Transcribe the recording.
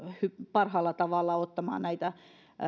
parhaalla tavalla ottamaan esille näitä